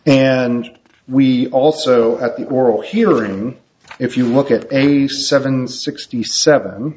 and we also at the oral hearing if you look at eighty seven sixty seven